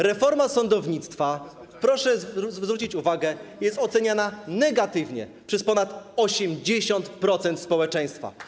Reforma sądownictwa, proszę zwrócić uwagę, jest oceniana negatywnie przez ponad 80% społeczeństwa.